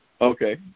Okay